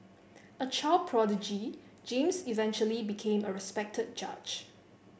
a child prodigy James eventually became a respected judge